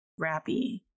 rappy